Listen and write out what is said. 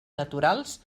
naturals